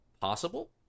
possible